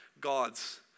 God's